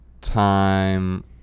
time